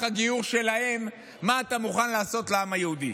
הגיור שלהם מה אתה מוכן לעשות לעם היהודי.